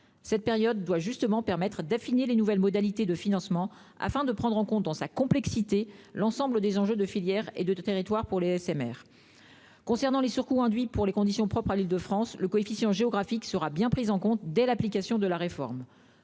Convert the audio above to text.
Cette période doit justement permettre d'affiner les nouvelles modalités de financement afin de prendre en compte dans leur complexité l'ensemble des enjeux de filières et de territoires pour les SMR. Concernant les surcoûts induits par les conditions propres à l'Île-de-France, le coefficient géographique sera bien pris en compte dès l'application de la réforme.